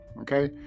okay